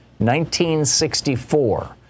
1964